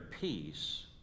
peace